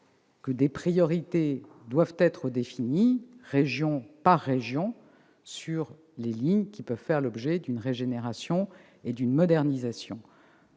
-que des priorités doivent être définies, région par région, quant aux lignes pouvant faire l'objet d'une régénération et d'une modernisation.